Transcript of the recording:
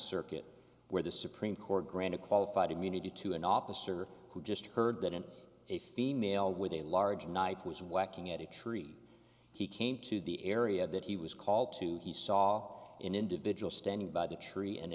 circuit where the supreme court granted qualified immunity to an officer who just heard that in a female with a large knife was whacking at a tree he came to the area that he was called to he saw an individual standing by the tree and